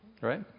Right